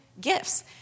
gifts